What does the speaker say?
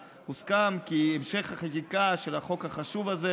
הוסכם כי המשך החקיקה של החוק החשוב הזה